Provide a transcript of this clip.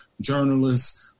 journalists